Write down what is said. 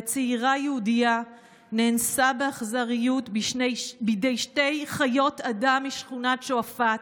וצעירה יהודייה נאנסה באכזריות בידי שתי חיות אדם משכונת שועפאט.